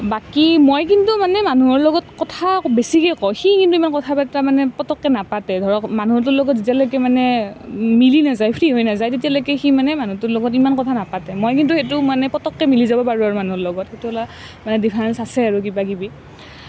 বাকী মই কিন্তু মানে মানুহৰ লগত কথা বেছিকে কওঁ সি কিন্তু ইমান কথা বাৰ্তা মানে পতককৈ নাপাতে ধৰক মানুহটোৰ লগত যেতিয়ালৈকে মানে মিলি নাযায় ফ্ৰী হৈ নাযায় তেতিয়ালৈকে সি মানে মানুহটোৰ লগত ইমান কথা নাপাতে মই কিন্তু সেইটো মানে পতককৈ মিলি যাব পাৰোঁ আৰু মানুহৰ লগত সেইটো অলপ মানে ডিফাৰেঞ্চ আছে আৰু কিবা কিবি